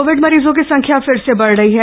Covid मरीजों की संख्या फिर से बढ़ रही है